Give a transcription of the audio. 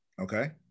Okay